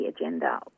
agenda